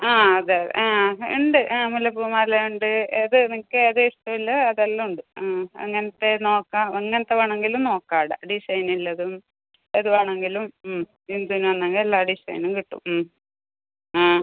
ആ അതെ ആ ഉണ്ട് ആ മുല്ലപ്പൂ മാല ഉണ്ട് ഏതാണ് നിങ്ങൾക്ക് ഏതാണ് ഇഷ്ടം ഉള്ളത് അത് എല്ലാം ഉണ്ട് ആ അങ്ങനത്തെ നോക്കാം എങ്ങനത്തെ വേണമെങ്കിലും നോക്കാം അവിടെ ഡിസൈൻ ഉള്ളതും ഏത് വേണമെങ്കിലും ബിന്ദുവിൽ വന്നെങ്കിൽ എല്ലാ ഡിസൈനും കിട്ടും ഉം ആ